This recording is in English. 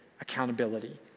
accountability